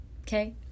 okay